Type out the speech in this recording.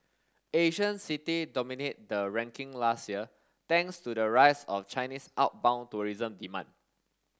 Asian city dominate the ranking last year thanks to the rise of Chinese outbound tourism demand